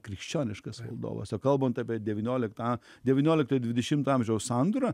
krikščioniškas valdovas o kalbant apie devynioliktą devyniolikto dvidešimto amžiaus sandūrą